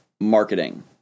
marketing